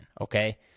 Okay